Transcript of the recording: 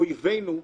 אויבינו,